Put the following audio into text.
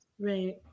Right